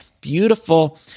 Beautiful